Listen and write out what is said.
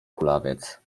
kulawiec